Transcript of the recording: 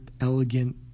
elegant